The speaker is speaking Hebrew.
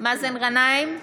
מאזן גנאים,